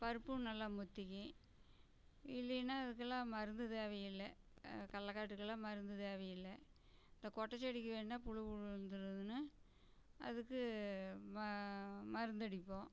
பருப்பும் நல்லா முத்திக்கும் இல்லையின்னா அதுக்கெல்லாம் மருந்து தேவையில்லை கடல்லக்காட்டுக்கெல்லாம் மருந்து தேவையில்லை இந்த கொட்டைச்செடிக்கி வேணுணா புழு விழுந்துருதுன்னு அதுக்கு ம மருந்தடிப்போம்